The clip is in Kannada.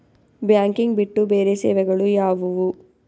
ಬ್ಯಾಂಕಿಂಗ್ ಬಿಟ್ಟು ಬೇರೆ ಸೇವೆಗಳು ಯಾವುವು?